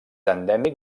endèmic